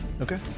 Okay